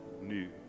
new